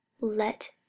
let